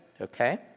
okay